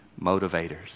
motivators